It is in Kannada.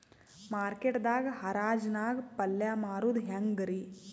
ಮಾರ್ಕೆಟ್ ದಾಗ್ ಹರಾಜ್ ನಾಗ್ ಪಲ್ಯ ಮಾರುದು ಹ್ಯಾಂಗ್ ರಿ?